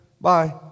Bye